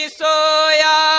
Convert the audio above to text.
soya